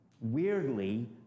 weirdly